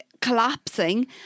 collapsing